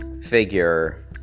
figure